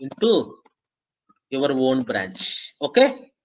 and to your sort of own branch, okay,